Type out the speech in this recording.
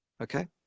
okay